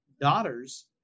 daughters